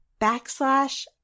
backslash